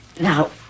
Now